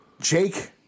Jake